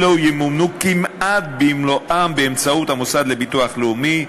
אלו ימומנו כמעט במלואם באמצעות המוסד לביטוח לאומי,